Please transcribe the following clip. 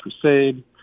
crusade